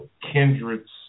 kindred